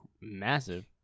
massive